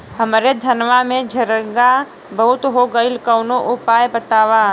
हमरे धनवा में झंरगा बहुत हो गईलह कवनो उपाय बतावा?